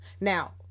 now